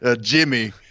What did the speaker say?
Jimmy